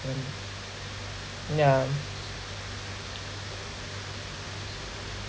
yeah